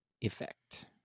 effect